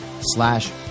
slash